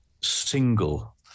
single